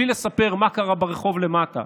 בלי לספר מה קרה ברחוב למטה,